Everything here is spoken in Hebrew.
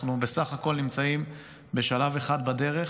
אנחנו בסך הכול נמצאים בשלב אחד בדרך.